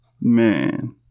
man